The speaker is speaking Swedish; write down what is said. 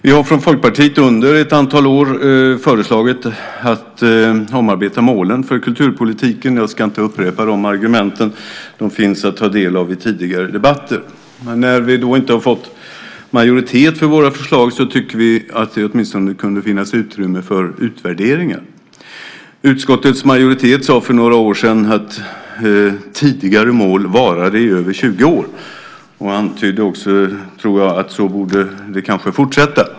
Vi har från Folkpartiet under ett antal år föreslagit att man ska omarbeta målen för kulturpolitiken. Jag ska inte upprepa de argumenten; de finns att ta del av i tidigare debatter. Men när vi inte har fått majoritet för våra förslag så tycker vi att det åtminstone skulle kunna finnas utrymme för utvärderingar. Utskottets majoritet sade för några år sedan att tidigare mål varade i över 20 år. Man antydde också, tror jag, att det borde fortsätta så.